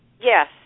Yes